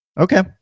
okay